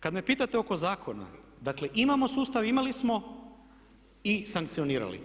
Kad me pitate oko zakona dakle imamo sustav, imali smo i sankcionirali.